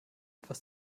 etwas